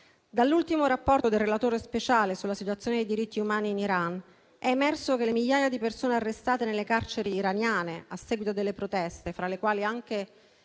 Dall'ultimo rapporto del Relatore speciale sulla situazione dei diritti umani in Iran, è emerso che le migliaia di persone arrestate nelle carceri iraniane a seguito delle proteste, tra le quali anche